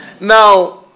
Now